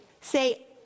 say